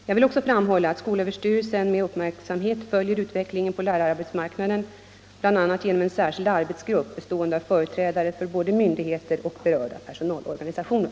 Jag vill också framhålla att skolöverstyrelsen med uppmärksamhet följer utvecklingen på lärararbetsmarknaden bl.a. genom en särskild arbetsgrupp bestående av företrädare för både myndigheter och berörda personalorganisationer.